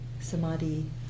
Samadhi